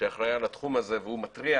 שאחראי על התחום הזה והוא מתריע